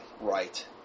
right